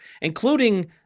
including